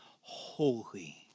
holy